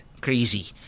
crazy